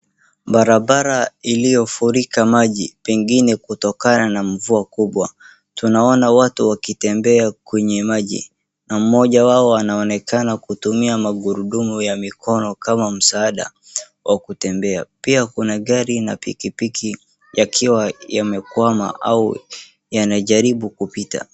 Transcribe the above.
Barabara iliyofurika maji pengine kutokana na mvua kubwa. Tunaona watu wakitembea kwenye maji na mmoja wao anaonekana kutumia magurudumu ya mikono kama msaada wa kutembea. Pia kuna gari na pikipiki yakiwa yamekwama au yanajaribu kupita.